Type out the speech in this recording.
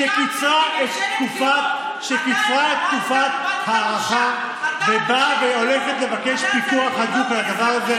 שקיצרה את תקופת ההארכה והולכת לבקש פיקוח הדוק על הדבר הזה.